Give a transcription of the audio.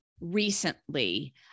recently